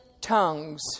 tongues